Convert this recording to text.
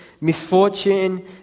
misfortune